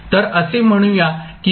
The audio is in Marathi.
तर असे म्हणूया की करंट i आहे